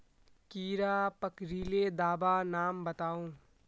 कीड़ा पकरिले दाबा नाम बाताउ?